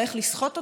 ואיך לסחוט אותו,